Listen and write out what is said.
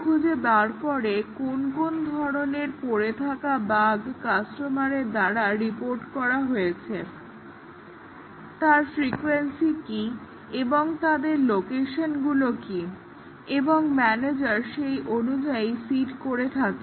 সে খুঁজে বের করে কোন কোন ধরণের পড়ে থাকা বাগ কাস্টমারদের দ্বারা রিপোর্ট করা হয়েছে তার ফ্রিকোয়েন্সি কি এবং তাদের লোকেশনগুলো কি এবং ম্যানেজার সেই অনুযায়ী সিড করে থাকে